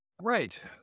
Right